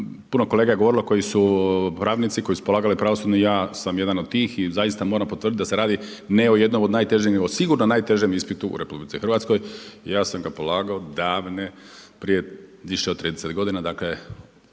puno kolega je govorilo koji su pravnici, koji su polagali pravosudni i ja sam jedan od tih. I zaista moram potvrditi da se radi ne o jednom od najtežih nego sigurno najtežem ispitu u RH. I ja sam ga polagao davne, prije više od 30 godina, dakle